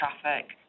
traffic